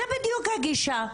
זאת בדיוק הגישה,